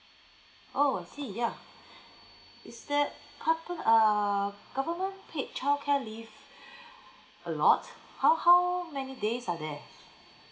oh I see ya is there err government paid childcare leave a lot how how many days are there